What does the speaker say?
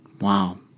Wow